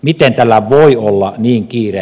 miten tällä voi olla niin kiire